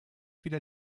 wieder